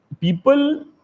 people